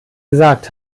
gesagt